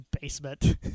basement